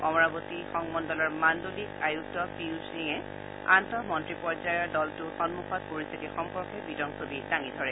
অমৰাৱতী সংমণ্ডলৰ মাণ্ডলিক আয়ুক্ত পিয়ুষ সিঙে আন্তঃ মন্ত্ৰী পৰ্যায়ৰ দলটোৰ সন্মুখত পৰিস্থিতি সম্পৰ্কে বিতং ছবি দাঙি ধৰে